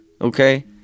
Okay